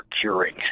curing